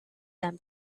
them